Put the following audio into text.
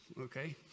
okay